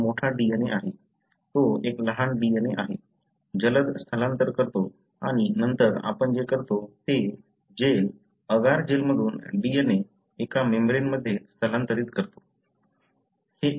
हा मोठा DNA आहे तो एक लहान DNA आहे जलद स्थलांतर करतो आणि नंतर आपण जे करतो ते जेल अगार जेलमधून DNA एका मेम्ब्रेन मध्ये हस्तांतरित करतो